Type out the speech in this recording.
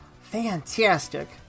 Fantastic